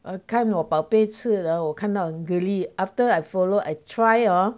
我看我宝贝吃 hor 我看到很 girly after I follow I try hor